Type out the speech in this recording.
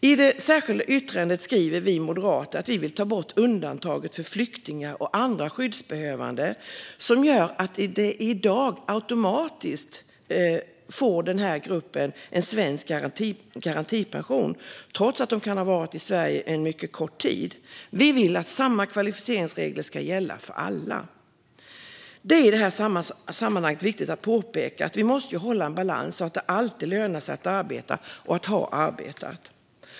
I vårt särskilda yttrande skriver vi moderater att vi vill ta bort undantaget för flyktingar och andra skyddsbehövande som gör att den gruppen i dag automatiskt får svensk garantipension trots att man kan ha varit i Sverige mycket kort tid. Vi vill att samma kvalificeringsregler ska gälla för alla. Det är i detta sammanhang viktigt att påpeka att vi måste hålla balansen så att det alltid lönar sig att arbeta och att ha arbetat.